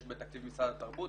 יש בתקציב משרד התרבות,